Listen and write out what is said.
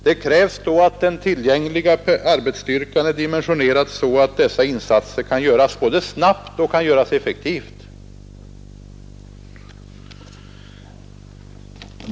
Det krävs då att den tillgängliga arbetsstyrkan är dimensionerad så att dessa insatser kan göras både snabbt och effektivt.